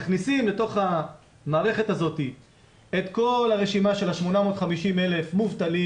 מכניסים לתוך המערכת הזאת את כל הרשימה של 850,000 מובטלים,